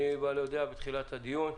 אני מודיע בתחילת הדיון: